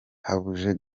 habuze